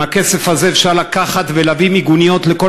עם הכסף הזה אפשר לקחת ולהביא מיגוניות לכל